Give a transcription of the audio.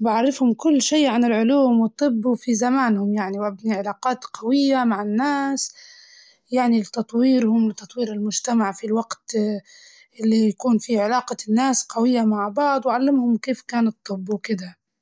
وبعرفهم كل شي عن العلوم والطب وفي زمانهم يعني وأبني علاقات قوية مع الناس، يعني لتطويرهم وتطوير المجتمع في الوقت اللي يكون في علاقة الناس قوية مع بعض وأعلمهم كيف كان الطب وكدة.